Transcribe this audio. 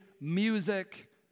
music